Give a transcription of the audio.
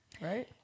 Right